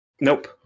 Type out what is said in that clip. Nope